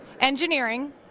engineering